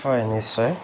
হয় নিশ্চয়